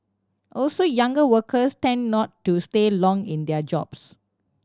also younger workers tend not to stay long in their jobs